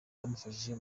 bamufashije